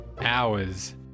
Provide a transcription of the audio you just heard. hours